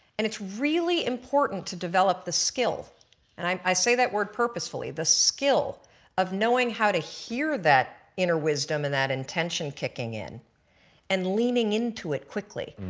and it's really important to develop the skill and um i say that word purposefully, the skill of knowing how to hear that inner wisdom and that intention kicking in and leaning into it quickly.